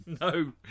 No